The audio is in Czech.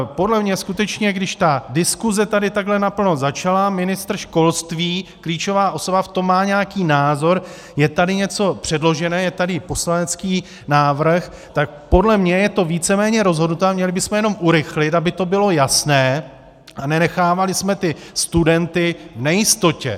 Podle mě skutečně, když ta diskuze tady takhle naplno začala, ministr školství, klíčová osoba, v tom má nějaký názor, je tady něco předložené, je tady poslanecký návrh, tak podle mě je to víceméně rozhodnuté a měli bychom jenom urychlit, aby to bylo jasné a nenechávali jsme ty studenty v nejistotě.